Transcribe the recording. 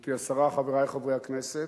גברתי השרה, חברי חברי הכנסת,